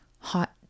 hot